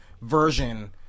version